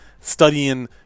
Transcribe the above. studying